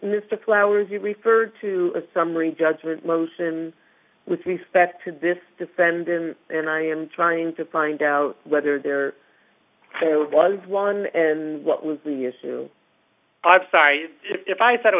mr plowers you referred to a summary judgment motion with respect to this defendant and i am trying to find out whether there was one and what was the issue i've cited if i thought it